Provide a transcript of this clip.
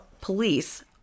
Police